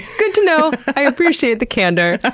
good to know. i appreciate the candor.